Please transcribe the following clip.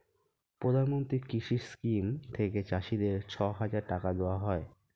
প্রধানমন্ত্রী কৃষি স্কিম থেকে চাষীদের ছয় হাজার টাকা দেওয়া হয়